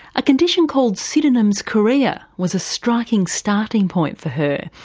a condition called sydenham's chorea was a striking starting point for her.